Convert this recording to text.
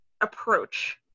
approach